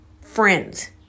friends